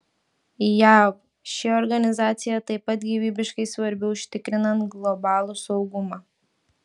jav ši organizacija taip pat gyvybiškai svarbi užtikrinant globalų saugumą